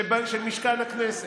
של משכן הכנסת,